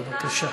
בבקשה.